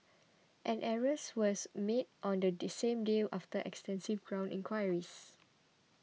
an arrest was made on the same day after extensive ground enquiries